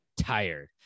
tired